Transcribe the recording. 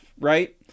Right